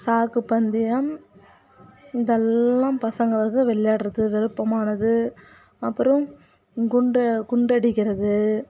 சாக்கு பந்தயம் இதெல்லாம் பசங்கள் வந்து விளையாட்றது விருப்பமானது அப்புறம் குண்டு குண்டு அடிக்கிறது